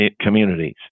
communities